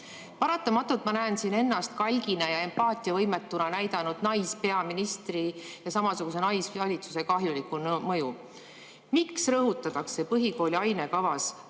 Paratamatult ma näen siin ennast kalgina ja empaatiavõimetuna näidanud naispeaministri ja samasuguse naisvalitsuse kahjulikku mõju. Miks rõhutakse põhikooli ainekavas vägivalla